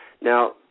Now